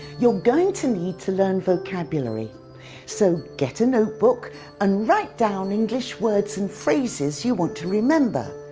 you're going to need to learn vocabulary so get a notebook and write down english words and phrases you want to remember.